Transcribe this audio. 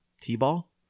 T-ball